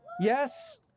Yes